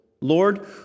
Lord